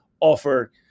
offer